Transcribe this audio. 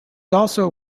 also